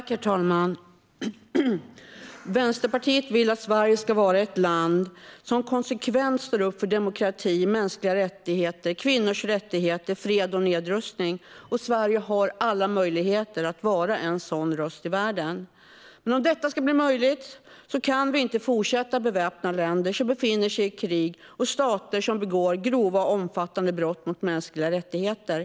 Herr talman! Vänsterpartiet vill att Sverige ska vara ett land som konsekvent står upp för demokrati, för mänskliga rättigheter, för kvinnors rättigheter och för fred och nedrustning. Sverige har alla möjligheter att vara en sådan röst i världen. Men om detta ska bli möjligt kan vi inte fortsätta att beväpna länder som befinner sig i krig och stater som begår grova och omfattande brott mot mänskliga rättigheter.